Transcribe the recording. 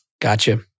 Gotcha